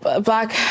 black